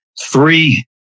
three